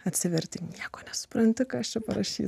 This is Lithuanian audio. atsiverti nieko nesupranti kas čia parašyti